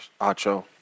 Acho